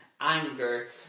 anger